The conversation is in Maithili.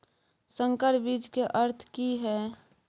संकर बीज के अर्थ की हैय?